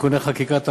(תיקוני חקיקה),